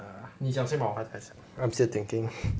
err 你讲现 bah 我还在想 I'm still thinking